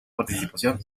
participación